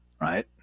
Right